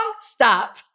Stop